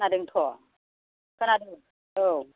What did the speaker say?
खोनादोंथ' खोनादों औ